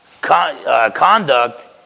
Conduct